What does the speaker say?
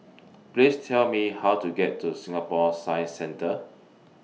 Please Tell Me How to get to Singapore Science Centre